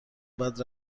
بعد